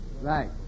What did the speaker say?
Right